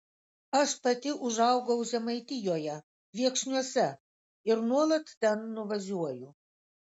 aš pati užaugau žemaitijoje viekšniuose ir nuolat ten nuvažiuoju